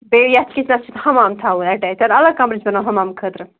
بیٚیہِ یَتھ کِچنَس چھُ حمام تھاوُن اَٹیٚچ کِنہٕ اَلگ کَمرٕ چھُ بناوُن حمام خٲطرٕ